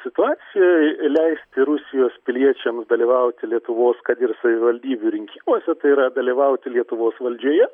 situacijoj leisti rusijos piliečiams dalyvauti lietuvos kad ir savivaldybių rinkimuose tai yra dalyvauti lietuvos valdžioje